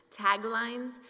taglines